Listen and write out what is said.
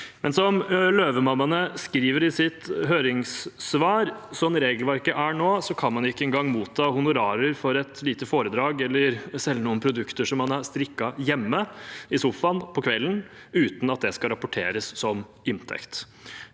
for. Løvemammaene skriver i sitt høringssvar at slik regelverket er nå, kan man ikke engang motta honorarer for et lite foredrag eller selge noen produkter man har strikket hjemme i sofaen på kvelden, uten at det skal rapporteres som inntekt.